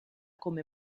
come